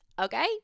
Okay